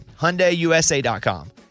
HyundaiUSA.com